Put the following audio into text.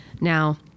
Now